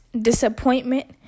disappointment